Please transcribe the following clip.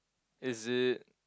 is it